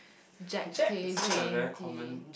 Jack-Tay Jan-Tay